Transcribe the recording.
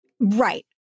Right